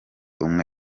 umwe